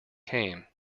came